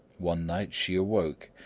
one night she awoke,